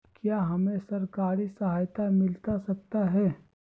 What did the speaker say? क्या हमे सरकारी सहायता मिलता सकता है?